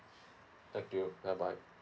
thank you bye bye